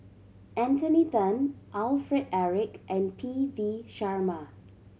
Anthony Then Alfred Eric and P V Sharma